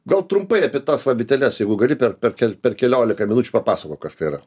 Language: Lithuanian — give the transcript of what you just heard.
gal trumpai apie tas va vyteles jeigu gali per per per keliolika minučių papasakok kas tai yra